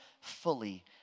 fully